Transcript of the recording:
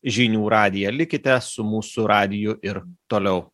žinių radiją likite su mūsų radiju ir toliau